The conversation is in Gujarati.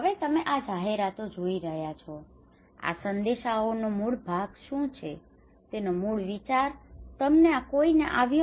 હવે તમે આ જાહેરાતો જોઈ રહ્યા છો આ સંદેશાઓનો મૂળ ભાગ શું છે તેનો મૂળ વિચાર તમને કોઈને આવ્યો